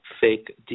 fake